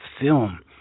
film